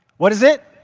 what is it?